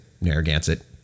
narragansett